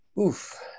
Oof